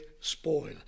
spoil